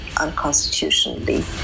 unconstitutionally